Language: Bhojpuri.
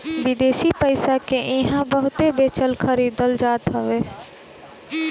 विदेशी पईसा के इहां बहुते बेचल खरीदल जात हवे